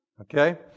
Okay